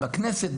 בכנסת,